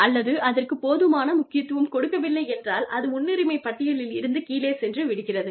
அல்லது அதற்கு போதுமான முக்கியத்துவம் கொடுக்கவில்லை என்றால் அது முன்னுரிமை பட்டியலில் இருந்து கீழே சென்று விடுகிறது